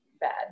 bad